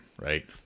right